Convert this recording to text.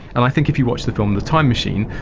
and i think if you watch the film, the time machine,